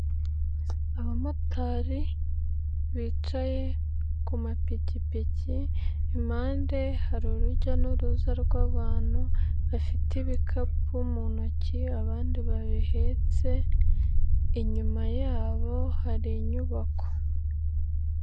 Abamotari bicaye ku mapikipiki, impande hari urujya n'uruza rw'abantu bafite ibikapu mu ntoki abandi babihetse, inyuma yabo hari inyubako.